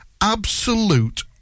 Absolute